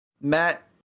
matt